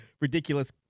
ridiculous